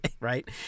Right